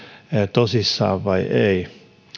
tosissaan vai ei